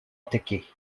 attaquer